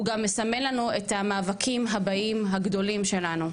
הוא גם מסמל לנו את המאבקים הבאים הגדולים שלנו.